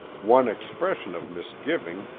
one expression of misgiving,